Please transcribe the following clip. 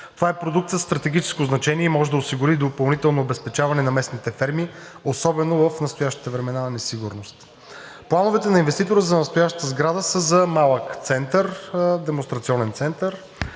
Това е продукт със стратегическо значение и може да осигури допълнително обезпечаване на местните ферми, особено в настоящите времена на несигурност. Плановете на инвеститора за настоящата сграда са за малък, демонстрационен център,